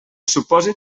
supòsit